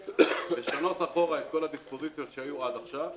לשנות אחורה את הדיספוזיציות שהיו עד עכשיו,